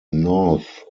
north